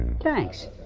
Thanks